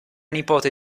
nipote